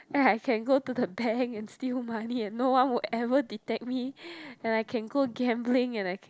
then I can go to the bank and steal money and no one will ever detect me and I can go gambling and I can